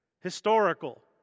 historical